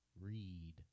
Read